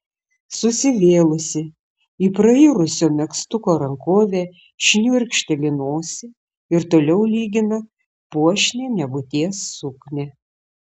susivėlusi į prairusio megztuko rankovę šniurkšteli nosį ir toliau lygina puošnią nebūties suknią